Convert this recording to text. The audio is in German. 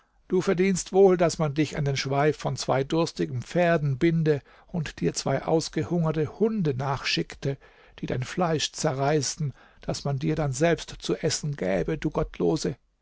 du verdienst wohl daß man dich an den schweif von zwei durstigen pferden binde und dir zwei ausgehungerte hunde nachschickte die dein fleisch zerreißen das man dir dann selbst zu essen gäbe du gottlose